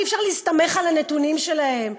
אי-אפשר להסתמך על הנתונים שלהם,